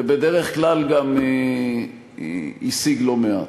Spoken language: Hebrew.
ובדרך כלל גם השיג לא מעט.